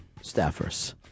staffers